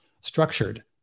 structured